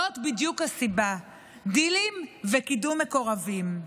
זאת בדיוק הסיבה, דילים וקידום מקורבים.